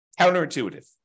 Counterintuitive